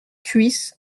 cuisse